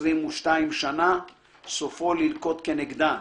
22 שנה סופו ללקות כנגדן.